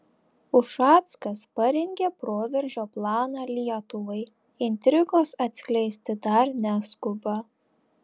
ušackas parengė proveržio planą lietuvai intrigos atskleisti dar neskuba